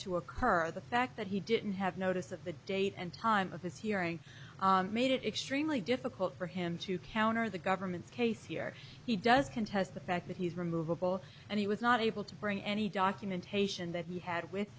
to occur the fact that he didn't have notice of the date and time of his hearing made it extremely difficult for him to counter the government's case here he does contest the fact that he's removable and he was not able to bring any documentation that he had with